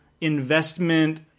investment